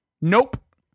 Nope